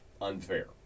unfair